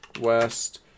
West